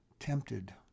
Tempted